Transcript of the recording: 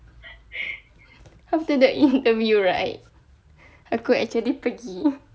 after the interview right aku actually pergi